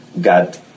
god